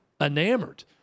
enamored